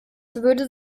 würde